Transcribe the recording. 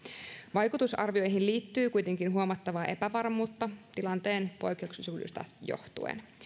vaikutusarvioihin liittyy kuitenkin huomattavaa epävarmuutta tilanteen poikkeuksellisuudesta johtuen